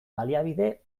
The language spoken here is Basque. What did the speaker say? baliabide